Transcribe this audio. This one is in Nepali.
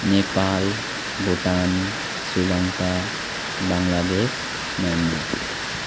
नेपाल भुटान श्रीलङ्का बङ्गलादेश म्यानमार